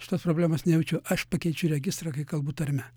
šitos problemas nejaučiu aš pakeičiu registrą kai kalbu tarme